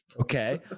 Okay